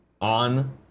on